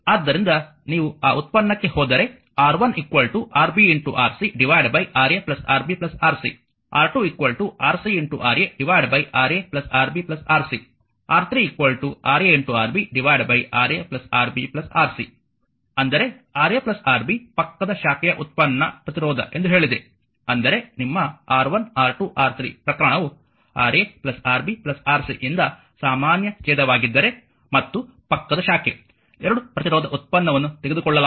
ಆದ್ದರಿಂದ ನೀವು ಆ ವ್ಯುತ್ಪನ್ನಕ್ಕೆ ಹೋದರೆ R1 Rb Rc Ra Rb Rc R2 Rc Ra Ra Rb Rc R 3 Ra Rb Ra Rb Rc ಅಂದರೆ Ra Rb ಪಕ್ಕದ ಶಾಖೆಯ ಉತ್ಪನ್ನ ಪ್ರತಿರೋಧ ಎಂದು ಹೇಳಿದೆ ಅಂದರೆ ನಿಮ್ಮ R1R2 R3 ಪ್ರಕರಣವು Ra Rb Rc ಯಿಂದ ಸಾಮಾನ್ಯ ಛೇದವಾಗಿದ್ದರೆ ಮತ್ತು ಪಕ್ಕದ ಶಾಖೆ ಎರಡು ಪ್ರತಿರೋಧ ಉತ್ಪನ್ನವನ್ನು ತೆಗೆದುಕೊಳ್ಳಬೇಕಾಗಿದೆ